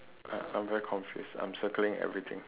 uh I'm very confused I'm circling everything